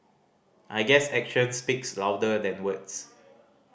I guess action speaks louder than words